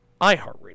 iHeartRadio